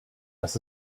das